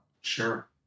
Sure